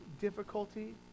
difficulty